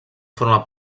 forma